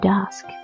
Dusk